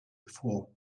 before